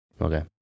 Okay